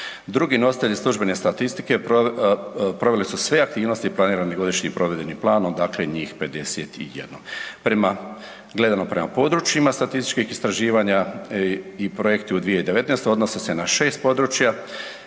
Drugi nositelji službene statistike provele su sve aktivnosti planiranim godišnjim provedenim planom, dakle njih 51. Prema, gledano prema područjima statističkih istraživanja i projekti u 2019. odnose se na 6 područja,